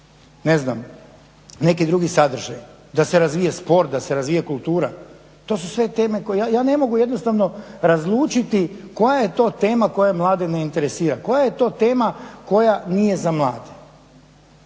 ne znam, neki drugi sadržaj, da se razvija sport, da se razvija kultura? To su sve teme koje, ja ne mogu jednostavno razlučiti koja je to tema koja mlade ne interesira, koja je to tema koja nije za mlade?